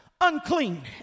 unclean